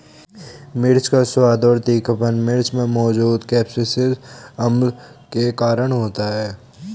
मिर्च का स्वाद और तीखापन मिर्च में मौजूद कप्सिसिन अम्ल के कारण होता है